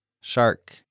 shark